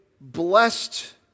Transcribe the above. blessed